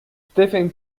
stephen